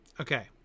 Okay